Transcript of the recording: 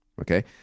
Okay